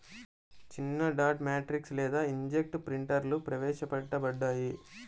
చిన్నడాట్ మ్యాట్రిక్స్ లేదా ఇంక్జెట్ ప్రింటర్లుప్రవేశపెట్టబడ్డాయి